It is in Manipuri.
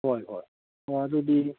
ꯍꯣꯏ ꯍꯣꯏ ꯑꯣ ꯑꯗꯨꯗꯤ